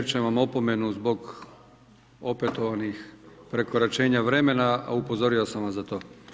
Izričem vam opomenu zbog opetovanih prekoračenja vremena, a upozorio sam vas za to.